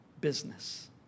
business